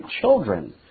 children